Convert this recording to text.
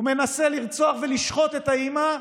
הוא מנסה לרצוח ולשחוט את האימא,